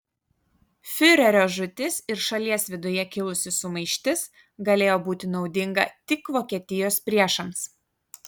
fiurerio žūtis ir šalies viduje kilusi sumaištis galėjo būti naudinga tik vokietijos priešams